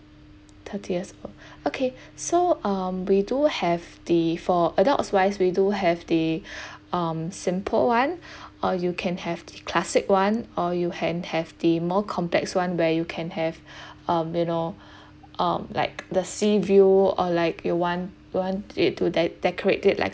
thirty years old okay so um we do have the for adults wise we do have the um simple one or you can have the classic one or you can have the more complex one where you can have um you know um like the sea view or like you want want it to de~ decorate it like